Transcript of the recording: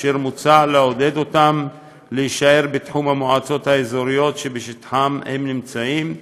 אשר מוצע לעודד אותם להישאר בתחום המועצות האזוריות שבשטחן הם נמצאים,